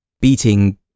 beating